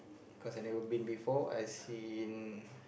cause I never been before I seen